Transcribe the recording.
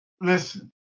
Listen